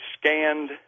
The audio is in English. scanned